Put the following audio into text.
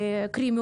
קרי,